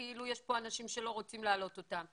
כאילו יש פה אנשים שלא רוצים להעלות אותם.